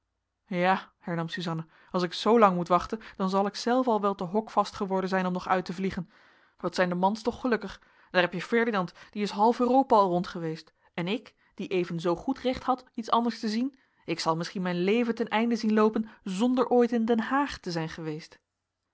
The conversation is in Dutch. ja hernam suzanna als ik zoo lang moet wachten dan zal ik zelve al wel te hokvast geworden zijn om nog uit te vliegen wat zijn de mans toch gelukkig daar heb je ferdinand die is half europa al rond geweest en ik die evenzoo goed recht had iets anders te zien ik zal misschien mijn leven ten einde zien loopen zonder ooit in den haag te zijn geweest